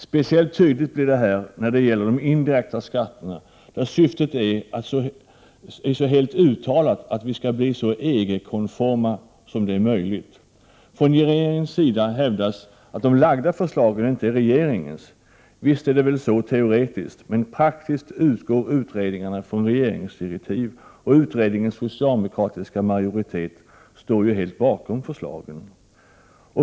Speciellt tydligt blir detta när det gäller de indirekta skatterna, där det uttalade syftet ju är att vi skall bli så EG-konforma som möjligt. Från regeringens sida hävdar man att framlagda förslag inte är regeringens. Ja, visst är det väl så teoretiskt! Men i praktiken utgår utredningarna från olika regeringsdirektiv. Dessutom står den aktuella utredningens socialdemokratiska majoritet helt bakom de framlagda förslagen.